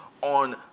on